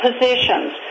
positions